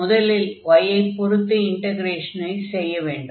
முதலில் y ஐ பொருத்து இன்டக்ரேஷனை செய்ய வேண்டும்